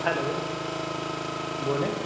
hello بولیں